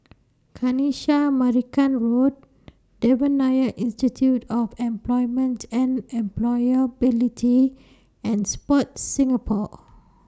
Kanisha Marican Road Devan Nair Institute of Employment and Employability and Sport Singapore